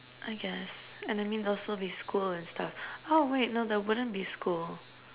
I guess and then there would also be school and stuff oh wait no there wouldn't be school